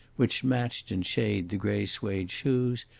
which matched in shade the grey suede shoes,